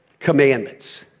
commandments